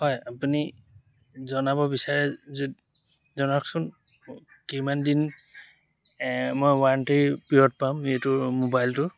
হয় আপুনি জনাব বিচাৰে যদি জনাওকচোন কিমান দিন মই ৱাৰেণ্টিৰ পিৰিয়ড পাম এইটো মোবাইলটোৰ